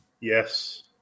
Yes